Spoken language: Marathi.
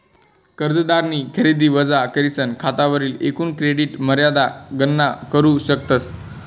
कर्जदारनी खरेदी वजा करीसन खातावरली एकूण क्रेडिट मर्यादा गणना करू शकतस